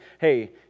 hey